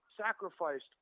sacrificed